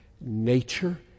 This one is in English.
nature